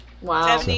Wow